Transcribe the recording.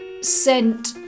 sent